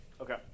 Okay